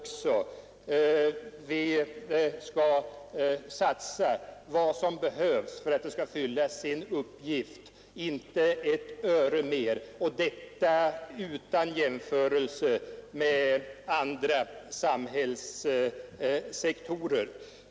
Vi skall satsa vad som behövs för att de skall fylla sin uppgift, inte ett öre mer, och detta utan jämförelse med andra samhällssektorer.